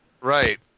Right